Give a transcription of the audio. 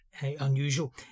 unusual